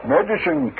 Medicine